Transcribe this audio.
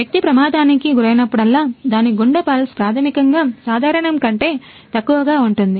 వ్యక్తి ప్రమాదానికి గురైనప్పుడల్లా దాని గుండె పల్స్ ప్రాథమికంగా సాధారణం కంటే తక్కువగా ఉంటుంది